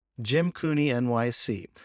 jimcooneynyc